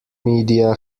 media